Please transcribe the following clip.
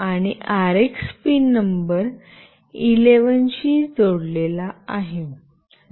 आणि RX pin pin number 11 शी जोडलेला आहे